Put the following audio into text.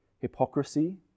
hypocrisy